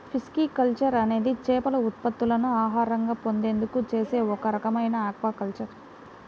pisciculture అనేది చేపల ఉత్పత్తులను ఆహారంగా పొందేందుకు చేసే ఒక రకమైన ఆక్వాకల్చర్